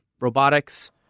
robotics